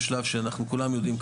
בשלב שאנחנו כולם יודעים,